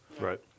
Right